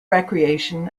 recreation